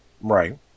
Right